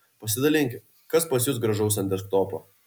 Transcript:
pasidalinkit kas pas jus gražaus ant desktopo